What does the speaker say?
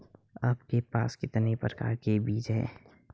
आपके पास कितने प्रकार के बीज हैं?